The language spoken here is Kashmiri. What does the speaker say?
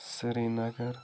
سرینَگر